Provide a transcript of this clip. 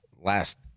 last